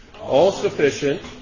all-sufficient